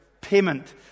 payment